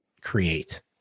create